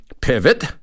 pivot